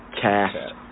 Cast